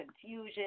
confusion